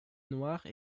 noire